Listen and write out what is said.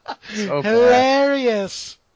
hilarious